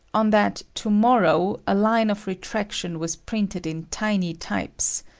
on that tomorrow a line of retraction was printed in tiny types.